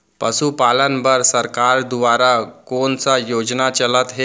पशुपालन बर सरकार दुवारा कोन स योजना चलत हे?